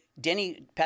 Denny